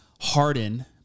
Harden